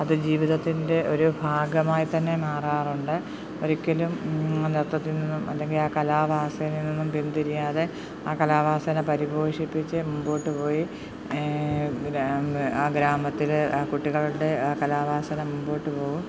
അത് ജീവിതത്തിൻ്റെ ഒരു ഭാഗമായിത്തന്നെ മാറാറുണ്ട് ഒരിക്കലും ആ നൃത്തത്തിൽ നിന്നും അല്ലെങ്കിൽ ആ കലാവാസനയിൽ നിന്നും പിന്തിരിയാതെ ആ കലാവാസന പരിപോഷിപ്പിച്ച് മുമ്പോട്ട് പോയി ഗ്രാമ ആ ഗ്രാമത്തിലെ ആ കുട്ടികളുടെ ആ കലാവാസന മുമ്പോട്ട് പോകും